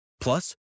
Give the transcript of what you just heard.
Plus